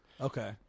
okay